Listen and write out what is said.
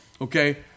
Okay